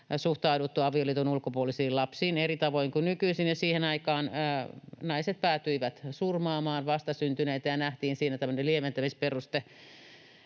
suhtauduttu avioliiton ulkopuolisiin lapsiin eri tavoin kuin nykyisin. Siihen aikaan naiset päätyivät surmaamaan vastasyntyneitä, ja siinä nähtiin tämmöinen lieventämisperuste,